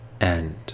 End